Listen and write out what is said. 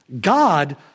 God